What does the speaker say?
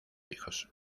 hijos